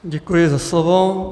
Děkuji za slovo.